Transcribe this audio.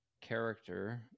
character